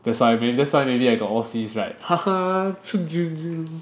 that's why that's why maybe I got all C's right